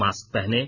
mask पहनें